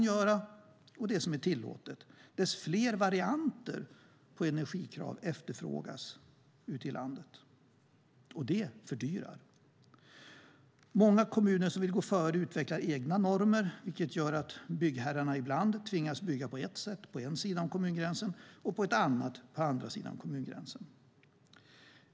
Många kommuner som vill gå före utvecklar egna normer, vilket gör att byggherrarna ibland tvingas bygga på ett sätt på ena sidan kommungränsen och på ett annat på andra sidan kommungränsen.